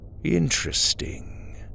Interesting